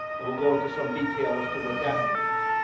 and we'll go into some detail as to what that means.